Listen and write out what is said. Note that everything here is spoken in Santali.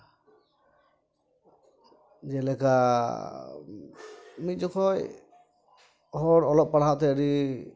ᱡᱮᱞᱮᱠᱟ ᱢᱤᱫ ᱡᱚᱠᱷᱚᱡ ᱦᱚᱲ ᱚᱞᱚᱜ ᱯᱟᱲᱦᱟᱣ ᱛᱮ ᱟᱹᱰᱤ